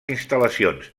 instal·lacions